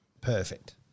perfect